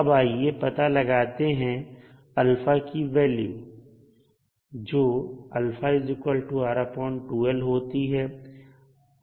अब आइए पता लगाते हैं α की वैल्यू जो α R2L होती है